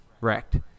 wrecked